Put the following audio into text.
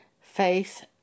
faith